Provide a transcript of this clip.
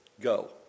Go